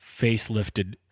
facelifted